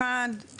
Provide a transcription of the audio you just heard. אחד,